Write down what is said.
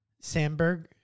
Sandberg